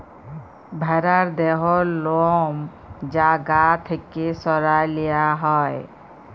ভ্যারার দেহর লম যা গা থ্যাকে সরাঁয় লিয়া হ্যয়